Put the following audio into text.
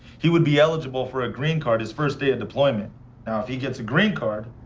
he would be eligible for a green card his first day of deployment. now if he gets a green card,